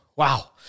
Wow